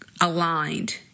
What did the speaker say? aligned